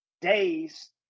days